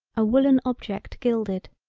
a woolen object gilded.